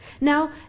Now